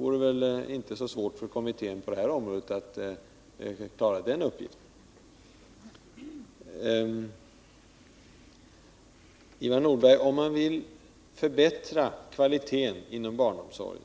Det lär inte bli svårt för kommittén att klara den uppgiften. Ivar Nordberg! När det gäller att förbättra kvaliteten inom barnomsorgen